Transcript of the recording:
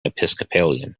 episcopalian